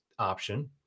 option